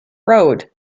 road